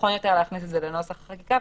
נכון יותר להכניס את זה לנוסח החקיקה,